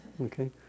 Okay